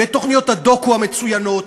ואת תוכניות הדוקו המצוינות,